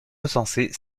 recensés